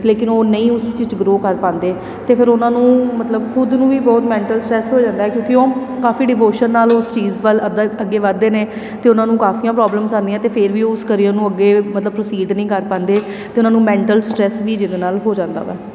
ਲੇਕਿਨ ਉਹ ਨਹੀਂ ਉਸ 'ਚ ਗਰੋਅ ਕਰ ਪਾਉਂਦੇ ਅਤੇ ਫਿਰ ਉਹਨਾਂ ਨੂੰ ਮਤਲਬ ਖੁਦ ਨੂੰ ਵੀ ਬਹੁਤ ਮੈਂਟਲ ਸਟਰੈਸ ਹੋ ਜਾਂਦਾ ਕਿਉਂਕਿ ਉਹ ਕਾਫੀ ਡਿਵੋਸ਼ਨ ਨਾਲ ਉਸ ਚੀਜ਼ ਵੱਲ ਅੱਧ ਅੱਗੇ ਵੱਧਦੇ ਨੇ ਅਤੇ ਉਹਨਾਂ ਨੂੰ ਕਾਫੀਆਂ ਪ੍ਰੋਬਲਮਸ ਆਉਂਦੀਆਂ ਅਤੇ ਫਿਰ ਵੀ ਉਹ ਉਸ ਕਰੀਅਰ ਨੂੰ ਅੱਗੇ ਮਤਲਬ ਪ੍ਰੋਸੀਡ ਨਹੀਂ ਕਰ ਪਾਉਂਦੇ ਅਤੇ ਉਹਨਾਂ ਨੂੰ ਮੈਂਟਲ ਸਟਰੈਸ ਵੀ ਜਿਹਦੇ ਨਾਲ ਹੋ ਜਾਂਦਾ ਵੈ